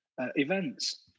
events